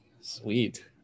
sweet